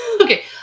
okay